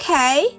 Okay